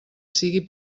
sigui